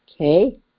Okay